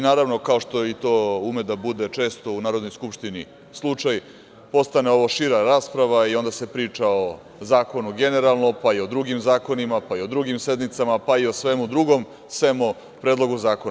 Naravno, kao što to ume da bude često u Narodnoj skupštini slučaj postane ovo šira rasprava i onda se priča o zakonu generalno, pa i o drugim zakonima, pa i o drugim sednicama, pa i o svemu drugom, sem o Predlogu zakona.